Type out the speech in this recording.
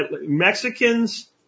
Mexicans